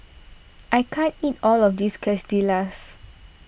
I can't eat all of this Quesadillas